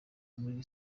muri